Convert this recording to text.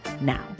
now